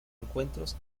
encuentros